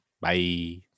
bye